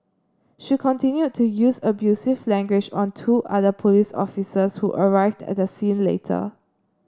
she continued to use abusive language on two other police officers who arrived at the scene later